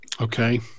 Okay